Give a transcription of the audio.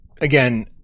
again